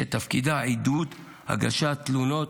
שתפקידה עידוד הגשת תלונות,